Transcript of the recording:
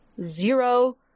zero